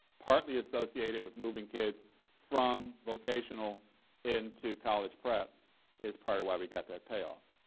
partially associated with moving kids from vocational into college prep is part of why we got that payoff.